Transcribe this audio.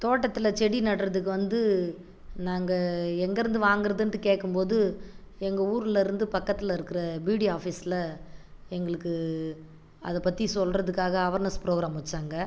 தோட்டத்தில் செடி நடுறதுக்கு வந்து நாங்கள் எங்கேருந்து வாங்கறதுன்டு கேட்கம் போது எங்கள் ஊர்லேருந்து பக்கத்தில் இருக்கிற பீடி ஆஃபிஸில் எங்களுக்கு அதை பற்றி சொல்கிறதுக்காக அவர்நஸ் ப்ரோக்ராம் வச்சாங்க